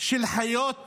של חיות האדם,